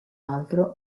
altro